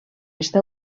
està